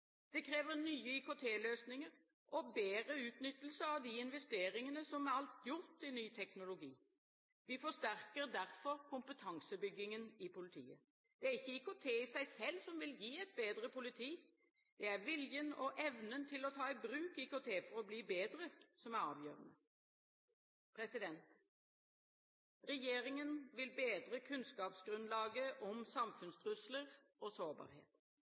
Det krever nye IKT-løsninger og bedre utnyttelse av de investeringene som alt er gjort i ny teknologi. Vi forsterker derfor kompetansebyggingen i politiet. Det er ikke IKT i seg selv om vil gi et bedre politi. Det er viljen og evnen til å ta i bruk IKT for å bli bedre som er avgjørende. Regjeringen vil bedre kunnskapsgrunnlaget om samfunnstrusler og sårbarhet.